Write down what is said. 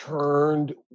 turned